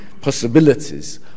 possibilities